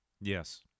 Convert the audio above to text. Yes